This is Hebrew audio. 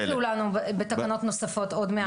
אבל בשיח אתם לא תקראו לנו בתקנות נוספות עוד מעט.